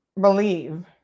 believe